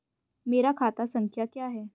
मेरा खाता संख्या क्या है?